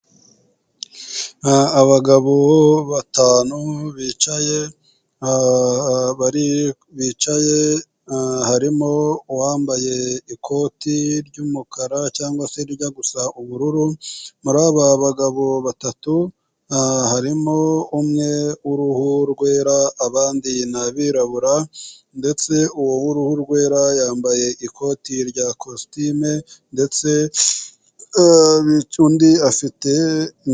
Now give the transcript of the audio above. Aha abagabo batanu bicaye harimo uwambaye ikoti ry'umukara cyangwa se ijya gusa ubururu. Muri aba bagabo batatu harimo umwe w uruhu rwera abandi n'abirabura ndetse u w'uruhu rwera yambaye ikoti rya kositimu.